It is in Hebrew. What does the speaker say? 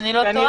אם אני לא טועה,